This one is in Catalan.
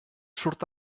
surt